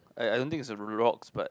I I don't think is a rock but